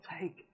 take